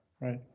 Right